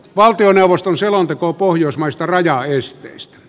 valtioneuvoston selonteko pohjoismaista äänestänyt